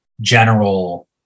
general